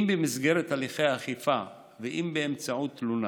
אם במסגרת הליכי אכיפה ואם באמצעות תלונה.